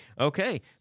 okay